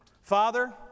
Father